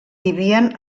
vivien